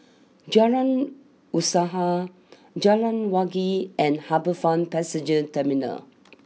Jalan Usaha Jalan Wangi and HarbourFront Passenger Terminal